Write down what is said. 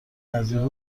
نزدیک